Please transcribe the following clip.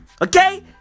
Okay